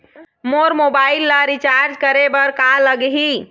मोर mobile ला recharge करे बर का लगही?